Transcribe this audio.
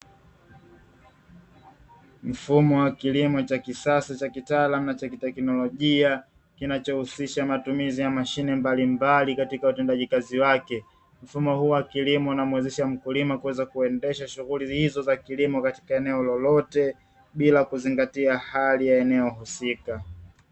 Mfumo wa kilimo cha kisasa cha kitaalamu na cha kiteknolojia, kinachohusisha matumizi ya mashine mbalimbali katika utendaji kazi wake. Mfumo huu wa kilimo unamuwezesha mkulima kuweza kuendesha shughuli hizo za kilimo katika eneo lolote, bila kuzingatia hali ya eneo husika.